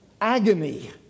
agony